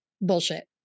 bullshit